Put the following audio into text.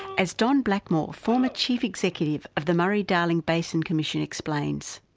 as don blackmore, former chief executive of the murray-darling basin commission explains.